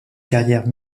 carrière